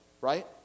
right